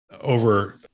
over